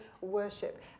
worship